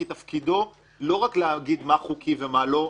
כי תפקידו לא רק להגיד מה חוקי ומה לא,